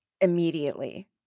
immediately